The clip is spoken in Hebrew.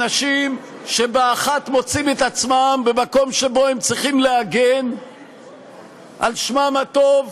אנשים שבאחת מוצאים את עצמם במקום שבו הם צריכים להגן על שמם הטוב